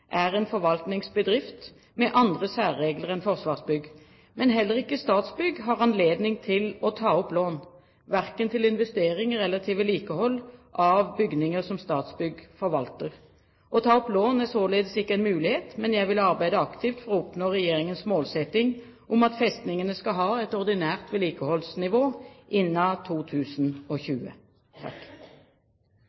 er en forvaltningsbedrift med andre særregler enn Forsvarsbygg. Men heller ikke Statsbygg har anledning til å ta opp lån, verken til investeringer eller til vedlikehold av bygninger som Statsbygg forvalter. Å ta opp lån er således ikke en mulighet, men jeg vil arbeide aktivt for å oppnå Regjeringens målsetting om at festningene skal ha et ordinært vedlikeholdsnivå innen